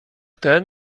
ten